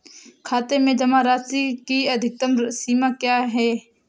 खाते में जमा राशि की अधिकतम सीमा क्या है?